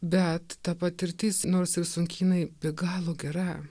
bet ta patirtis nors ir sunki jinai be galo gera